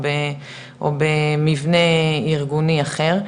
או במבנה ארגוני אחר,